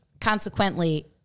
consequently